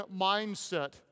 mindset